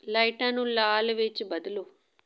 ਲਾਈਟਾਂ ਨੂੰ ਲਾਲ ਵਿੱਚ ਬਦਲੋ